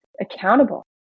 accountable